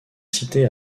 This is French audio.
inciter